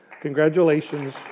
Congratulations